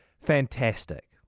fantastic